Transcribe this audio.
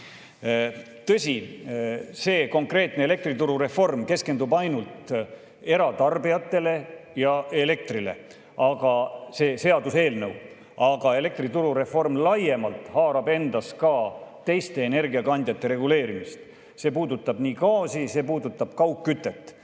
Tõsi, see konkreetne seaduseelnõu keskendub ainult eratarbijatele ja elektrile, aga elektrituru reform laiemalt haarab endasse ka teiste energiakandjate reguleerimist. See puudutab ka gaasi, see puudutab kaugkütet.